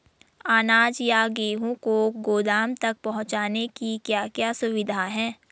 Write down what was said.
अनाज या गेहूँ को गोदाम तक पहुंचाने की क्या क्या सुविधा है?